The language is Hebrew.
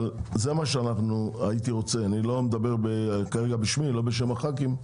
אני מדבר כרגע בשמי ולא בשם שאר הח"כים.